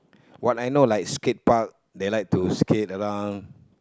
what I know like skate park they like to skate around